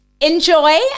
Enjoy